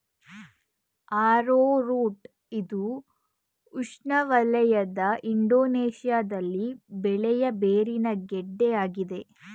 arrowroot ಇದು ಉಷ್ಣವಲಯದ ಇಂಡೋನೇಶ್ಯದಲ್ಲಿ ಬೆಳೆಯ ಬೇರಿನ ಗೆಡ್ಡೆ ಆಗಿದೆ